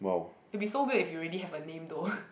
will be so good if you already have a name though